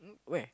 um where